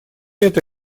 эта